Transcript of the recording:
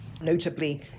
notably